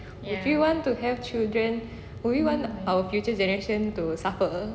if you want to have children would you want our future generation to suffer